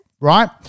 right